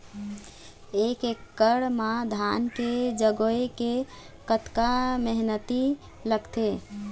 एक एकड़ म धान के जगोए के कतका मेहनती लगथे?